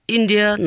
India